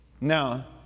Now